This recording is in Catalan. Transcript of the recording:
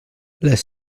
les